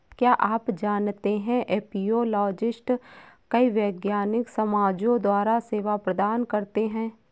क्या आप जानते है एपियोलॉजिस्ट कई वैज्ञानिक समाजों द्वारा सेवा प्रदान करते हैं?